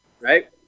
Right